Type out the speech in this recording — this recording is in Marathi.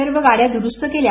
सर्व गाड्या दुरुस्त केल्या